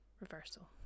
reversal